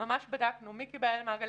פעולות הממשלה להחזרת מובטלים למעגל